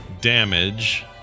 damage